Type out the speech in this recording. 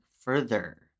further